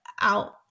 out